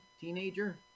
teenager